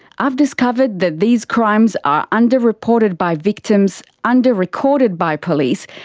i've discovered that these crimes are underreported by victims, under recorded by police,